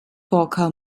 poker